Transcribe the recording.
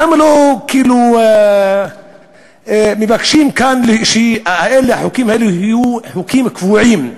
למה לא מבקשים שהחוקים האלה יהיו חוקים קבועים?